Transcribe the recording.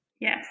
Yes